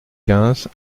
quinze